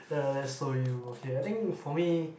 !huh! that's so you okay I think for me